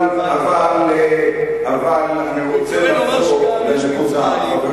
אבל, חברים, אני רוצה לחזור לנקודה.